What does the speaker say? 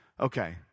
Okay